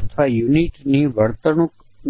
પણ ધ્યાનમાં લેવું જોઇયે